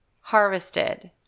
harvested